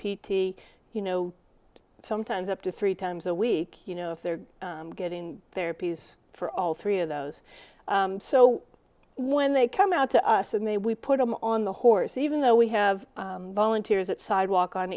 p t you know sometimes up to three times a week you know if they're getting therapies for all three of those so when they come out to us and they we put them on the horse even though we have volunteers that sidewalk on